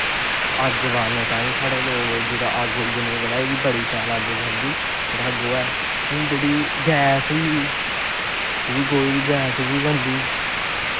अग्ग बालने ताहीं साढ़े लोक जिसलै अग्ग उग्ग नेईं बलै एह्दी बड़ी शैल अग्ग बलदी जेह्ड़ा गोहा ऐ हून जेह्ड़ी गैस ऐ गोहे दी गैस बी बनदी